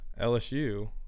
LSU